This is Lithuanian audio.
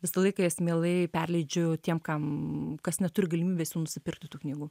visą laiką jas mielai perleidžiu tiem kam kas neturi galimybės jų nusipirkti tų knygų